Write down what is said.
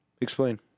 Explain